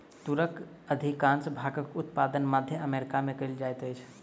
तूरक अधिकाँश भागक उत्पादन मध्य अमेरिका में कयल जाइत अछि